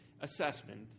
assessment